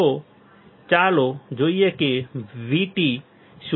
તો ચાલો જોઈએ કે VT શું છે